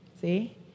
See